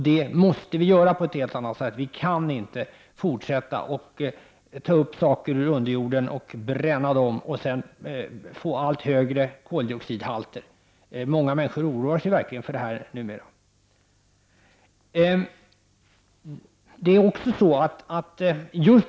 Det måste vi göra på ett helt annat sätt. Vi kan inte fortsätta att ta upp saker ur underjorden och bränna dem och få allt högre koldioxidhalter. Många människor oroar sig verkligen över det numera.